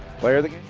player of